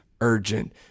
urgent